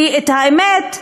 כי את האמת,